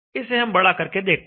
इसे हम बड़ा करके देखते हैं